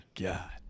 god